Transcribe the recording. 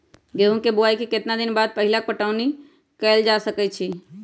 गेंहू के बोआई के केतना दिन बाद पहिला पटौनी कैल जा सकैछि?